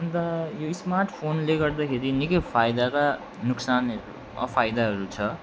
अन्त यो स्मार्टफोनले गर्दाखेरि निकै फाइदा र नुकसानहरू अफाइदाहरू छ